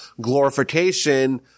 glorification